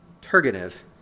Turgenev